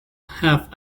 half